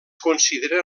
considera